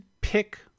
pick